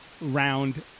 round